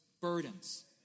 burdens